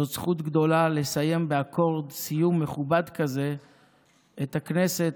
זו זכות גדולה לסיים באקורד סיום מכובד כזה את הכנסת,